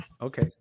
Okay